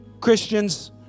Christians